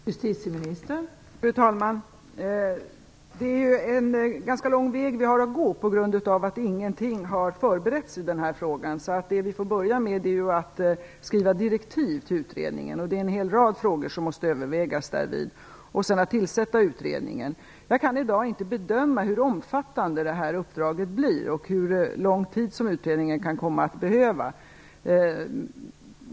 Fru talman! Det är en ganska lång väg vi har att gå, på grund av att ingenting har förberetts i den här frågan. Vi får börja med att skriva direktiv till utredningen. Det är en hel rad frågor som måste övervägas därvid. Sedan måste utredningen tillsättas. Jag kan i dag inte bedöma hur omfattande detta uppdrag blir och hur lång tid som utredningen kan komma att behöva.